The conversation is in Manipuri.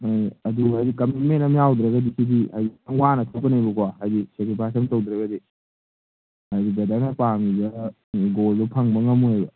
ꯑꯥ ꯑꯗꯨ ꯍꯥꯏꯗꯤ ꯀꯃꯤꯠꯃꯦꯟ ꯑꯃ ꯌꯥꯎꯗ꯭ꯔꯒꯗꯤ ꯁꯤꯗꯤ ꯍꯥꯏꯗꯤ ꯈꯤꯇꯪ ꯋꯥꯅ ꯊꯣꯛꯀꯅꯤꯕꯀꯣ ꯍꯥꯏꯗꯤ ꯁꯦꯀ꯭ꯔꯤꯐꯥꯏꯁ ꯑꯝ ꯇꯧꯗ꯭ꯔꯒꯗꯤ ꯍꯥꯏꯗꯤ ꯕ꯭ꯔꯗꯔꯅ ꯄꯥꯝꯃꯤꯕ ꯒꯣꯜꯗꯣ ꯐꯪꯕ ꯉꯝꯃꯣꯏꯕ